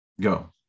go